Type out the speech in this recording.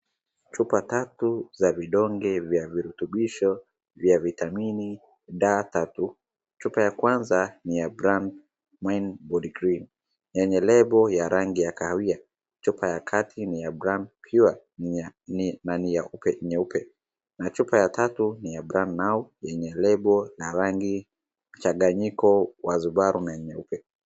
Chupa tatu za vidonge vya virutubisho vya vitamini da tatu, chupa ya kwanza ni ya brand mindbodygreen yenye lebo ya rangi ya kahawia, chupa ya pili ni ya brand pure na ni nyeupe, na chupa ya tatu ni ya brand now yenye lebo na rangi mchanganyiko wa zubaru na nyeupe.